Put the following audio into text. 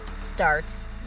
starts